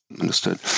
understood